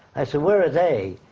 i said where are they?